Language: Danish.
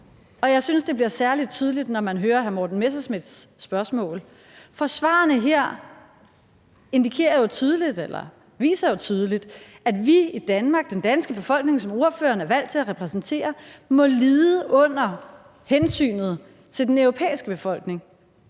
Jeg synes, det bliver særlig tydeligt, når man hører svarene på hr. Morten Messerschmidts spørgsmål. For de viser jo tydeligt, at vi i Danmark, den danske befolkning, som ordføreren er valgt til at repræsentere, må lide under hensynet til den europæiske befolkning